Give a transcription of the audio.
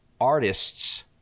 artists